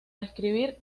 describir